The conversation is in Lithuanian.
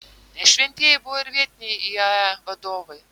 ne šventieji buvo ir vietiniai iae vadovai